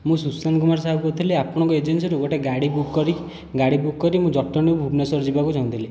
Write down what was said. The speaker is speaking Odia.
ମୁଁ ସୁଶାନ୍ତ କୁମାର ସାହୁ କହୁଥିଲି ଆପଣଙ୍କର ଏଜେନ୍ସିରୁ ଗୋଟିଏ ଗାଡ଼ି ବୁକ୍ କରି ଗାଡ଼ି ବୁକ୍ କରି ମୁଁ ଜଟଣୀରୁ ଭୁବନେଶ୍ୱର ଯିବାକୁ ଚାହୁଁଥିଲି